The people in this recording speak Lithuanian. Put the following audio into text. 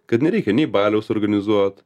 kad nereikia nei baliaus organizuot